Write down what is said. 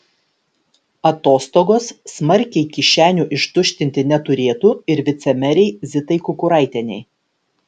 atostogos smarkiai kišenių ištuštinti neturėtų ir vicemerei zitai kukuraitienei